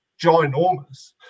ginormous